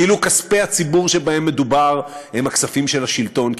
כאילו כספי הציבור שבהם מדובר הם הכספים של השלטון,